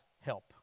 help